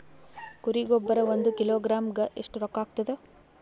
ಕುರಿ ಗೊಬ್ಬರ ಒಂದು ಕಿಲೋಗ್ರಾಂ ಗ ಎಷ್ಟ ರೂಕ್ಕಾಗ್ತದ?